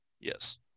Yes